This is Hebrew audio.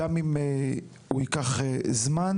אם הוא ייקח זמן: